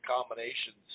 combinations